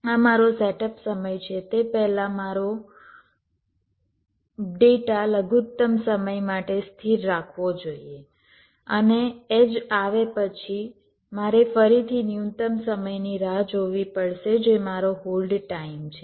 આ મારો સેટઅપ સમય છે તે પહેલાં મારે મારો ડેટા લઘુત્તમ સમય માટે સ્થિર રાખવો જોઈએ અને એડ્જ આવે પછી મારે ફરીથી ન્યૂનતમ સમયની રાહ જોવી પડશે જે મારો હોલ્ડ ટાઇમ છે